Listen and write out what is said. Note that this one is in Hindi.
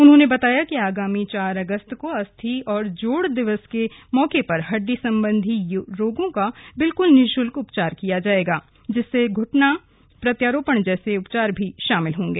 उन्होंने बताया कि आगामी चार अगस्त को अस्थि और जोड़ दिवस के मौके पर हड्डी सम्बन्धी रोगों का बिल्कुल निःशुल्क उपचार किया जाएगा जिसमें घुटना प्रत्यारोपण जैसे उपचार भी शामिल होंगे